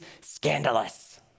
scandalous